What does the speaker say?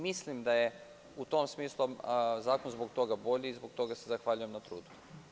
Mislim da je, u tom smislu, zakon zbog toga bolji i zbog toga se zahvaljujem na trudu.